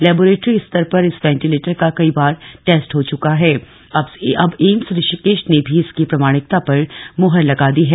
laboratory स्तर पर इस वेन्टिलेटर का कई बार टेस्ट हो चुका हा अब एम्स ऋषिकेश ने भी इसकी प्रमाणिकता पर मुहर लगा दी है